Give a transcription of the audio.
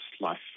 life